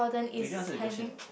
but you didn't answer the question